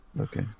okay